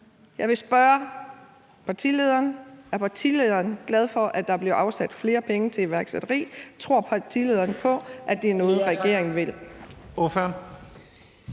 Jeg vil spørge partilederen: Er partilederen glad for, at der bliver afsat flere penge til iværksætteri? Tror partilederen på, at det er noget, regeringen vil?